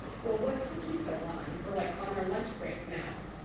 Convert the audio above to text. well, what took you so long? we're like on our lunch break now.